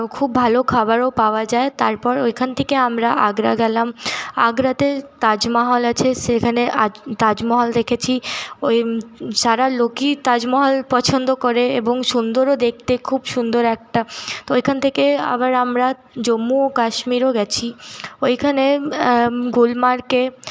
খুব ভালো খাবারও পাওয়া যায় তারপর ওইখান থেকে আমরা আগ্রা গেলাম আগ্রাতে তাজমহল আছে সেখানে তাজমহল দেখেছি ওই সারা লোকই তাজমহল পছন্দ করে এবং সুন্দরও দেখতে খুব সুন্দর একটা ওইখান থেকে আবার আমরা জম্মু ও কাশ্মীরও গেছি ওইখানে গুলমার্গে